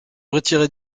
retiré